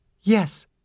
Yes